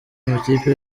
amakipe